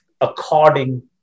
according